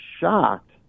shocked